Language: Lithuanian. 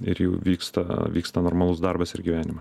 ir jau vyksta vyksta normalus darbas ir gyvenime